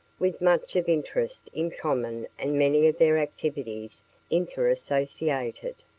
with much of interest in common and many of their activities interassociated.